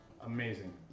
Amazing